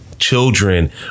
children